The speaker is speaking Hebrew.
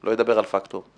לא ידבר על פקטור.